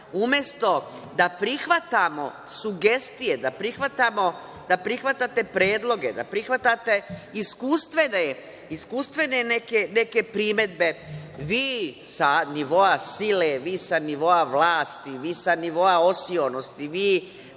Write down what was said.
umesto da prihvatamo sugestije, da prihvatate predloge, da prihvatate iskustvene neke primedbe, vi sa nivoa sile, vi sa nivoa vlasti, vi sa nivoa osijonosti, vi